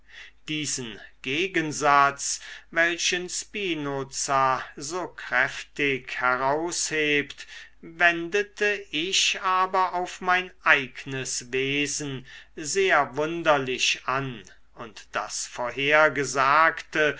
diesen gegensatz welchen spinoza so kräftig heraushebt wendete ich aber auf mein eignes wesen sehr wunderlich an und das vorhergesagte